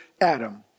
Adam